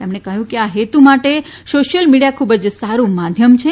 તેમણે કહ્યું કે આ હેતુ માટે સોશિયલ મીડિયા ખૂબ જ સારૂ માધ્યમ છે